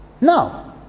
No